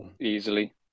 easily